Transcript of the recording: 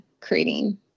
creating